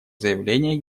заявление